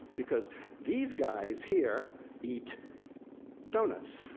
because these guys here eat donuts.